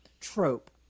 trope